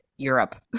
Europe